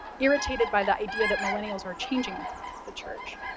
irritated by the idea that millennials are changing the church.